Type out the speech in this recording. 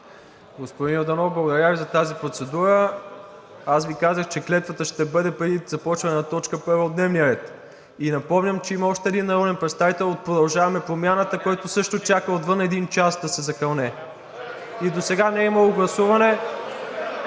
Господин Йорданов, благодаря Ви за тази процедура. Аз Ви казах, че клетвата ще бъде преди започване на точка от дневния ред, и напомням, че има още един народен представител от „Продължаваме Промяната“, който също чака отвън един час, за да се закълне. (Шум и реплики.) Досега не е имало гласуване,